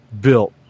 built